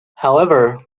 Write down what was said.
however